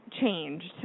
changed